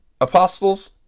apostles